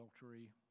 adultery